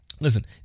Listen